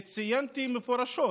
וציינתי מפורשות,